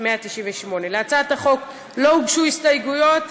198). להצעת החוק לא הוגשו הסתייגויות,